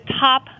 top